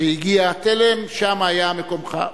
שהגיע התלם, שם היה מקומך.